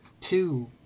two